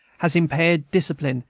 has impaired discipline,